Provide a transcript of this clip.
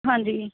ਹਾਂਜੀ